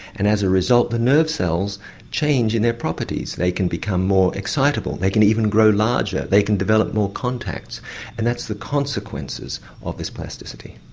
and as a result the nerve cells change in their properties. they can become more excitable, they can even grow larger, they can develop more contacts and that's the consequences of this plasticity.